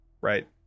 Right